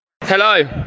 Hello